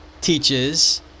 teaches